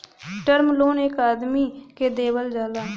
term loan एक आदमी के देवल जाला